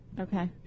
Okay